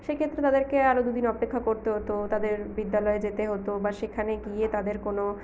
সেক্ষেত্রে তাদেরকে আরও দু দিন অপেক্ষা করতে হত তাদের বিদ্যালয়ে যেতে হত বা সেখানে গিয়ে তাদের কোনও